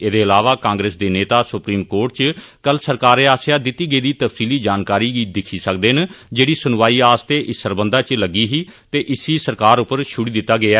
एहदे अलावा कांग्रेस दे नेता सुप्रीम कोर्ट इच कल सरकारै आस्सैआ दिती गेदी तफसीली जानकारी गी दिक्खी सकदे न जेड़ी सुनवाई आस्तै इस सरबंधा इच लग्गी ते इस्सी सरकार पर छुड़ी दित्ता गेया